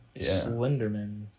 Slenderman